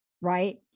Right